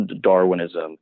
Darwinism